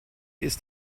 ist